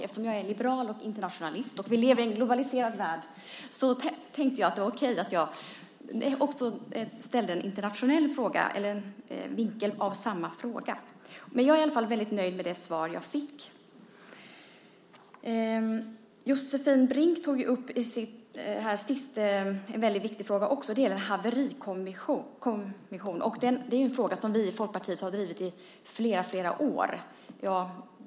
Eftersom jag är liberal och internationalist och vi lever i en globaliserad värld tänkte jag att det skulle vara okej att göra en internationell vinkling av samma fråga. Jag är i alla fall nöjd med det svar jag fick. Josefin Brink tog upp en viktig fråga, nämligen frågan om en haverikommission. Det är ju en fråga som vi i Folkpartiet har drivit i många år.